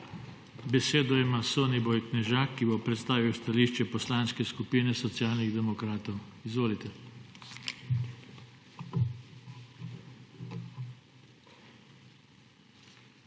Besedo ima Soniboj Knežak, ki bo predstavil stališče Poslanske skupine Socialnih demokratov. Izvolite.